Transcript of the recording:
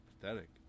pathetic